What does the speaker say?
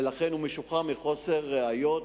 ולכן הוא משוחרר מחוסר ראיות,